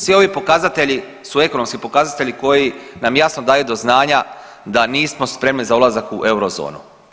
Svi ovi pokazatelji su ekonomski pokazatelji koji nam jasno daju do znanja da nismo spremni za ulazak u eurozonu.